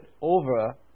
over